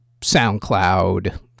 SoundCloud